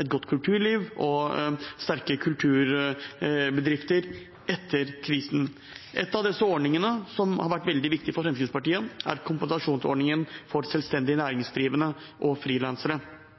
et godt kulturliv og sterke kulturbedrifter etter krisen. En av disse ordningene som har vært veldig viktig for Fremskrittspartiet, er kompensasjonsordningen for selvstendig